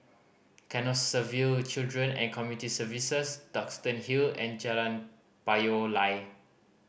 Canossaville Children and Community Services Duxton Hill and Jalan Payoh Lai